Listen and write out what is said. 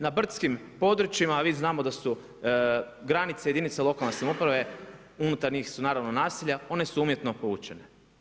Na brdskim područjima a mi znamo da su granice jedinica lokalne samouprave, unutarnjih su naravno naselja, one su umjetno povućene.